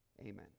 Amen